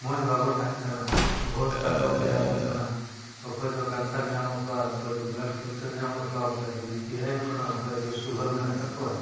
ᱢᱚᱡᱽ ᱵᱟᱵᱚ ᱛᱟᱦᱮᱱ ᱠᱟᱱᱟ ᱵᱚᱦᱩᱛ ᱥᱟ ᱨᱳᱜᱽ ᱦᱮᱡ ᱟᱵᱚᱱ ᱠᱟᱱᱟ ᱚᱠᱚᱭ ᱫᱚ ᱠᱮᱱᱥᱟᱨ ᱧᱟᱢᱚᱜ ᱠᱚᱣᱟ ᱚᱠᱚᱭ ᱫᱚ ᱵᱞᱟᱰ ᱠᱮᱱᱥᱟᱨ ᱧᱟᱢᱚᱜ ᱠᱚᱣᱟ ᱚᱠᱚᱭ ᱫᱚ ᱵᱤᱯᱤ ᱦᱟᱭᱚᱜ ᱠᱟᱱᱟ ᱚᱠᱚᱭᱟᱜ ᱫᱚ ᱥᱩᱜᱟᱨ ᱢᱮᱱᱟᱜ ᱛᱟᱠᱚᱣᱟ